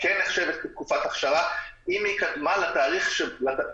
כן נחשבת כתקופת הכשרה אם היא קדמה למה